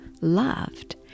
loved